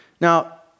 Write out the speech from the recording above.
Now